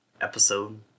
episode